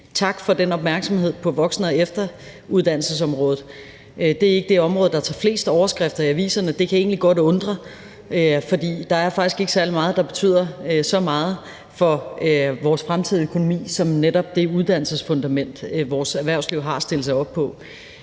tak for opmærksomheden på voksen- og efteruddannelsesområdet. Det er ikke det område, der tager flest overskrifter i aviserne, og det kan egentlig godt undre, for der er faktisk ikke særlig meget, der betyder så meget for vores fremtidige økonomi som netop det uddannelsesfundament, vores erhvervsliv har at stille sig op på.